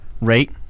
Rate